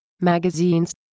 magazines